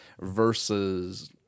versus